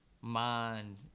mind